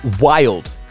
Wild